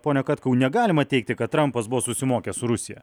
pone katkau negalima teigti kad trampas buvo susimokęs su rusija